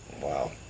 Wow